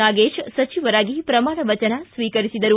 ನಾಗೇತ್ ಸಚಿವರಾಗಿ ಪ್ರಮಾಣ ವಚನ ಸ್ವೀಕರಿಸಿದರು